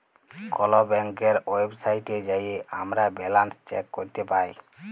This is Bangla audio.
কল ব্যাংকের ওয়েবসাইটে যাঁয়ে আমরা ব্যাল্যান্স চ্যাক ক্যরতে পায়